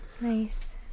Nice